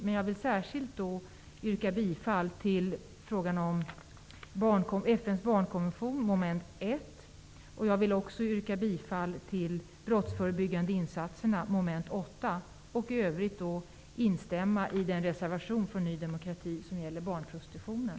Men jag vill särskilt yrka bifall till den när det gäller mom. 1, om FN:s barnkonvention, och mom. 8, om Brottsförebyggande insatser. I övrigt instämmer jag i Ny demokratis reservation, som gäller barnprostitutionen.